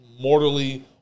mortally